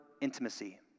intimacy